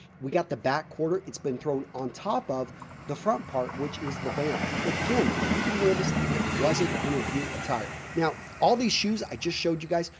we got the back quarter it's been thrown on top of the front part which is the vamp. again, you could wear this if it wasn't interview attire. now all these shoes i just showed you guys,